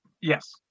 Yes